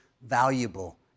valuable